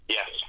yes